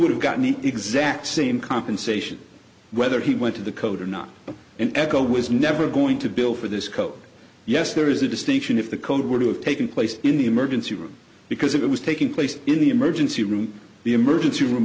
would have gotten in that same compensation whether he went to the code or not an echo was never going to bill for this code yes there is a distinction if the code would have taken place in the emergency room because it was taking place in the emergency room the emergency room